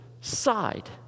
side